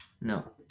No